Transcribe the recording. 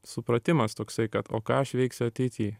supratimas toksai kad o ką aš veiksiu ateity